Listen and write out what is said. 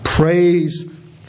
Praise